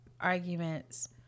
arguments